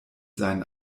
seinen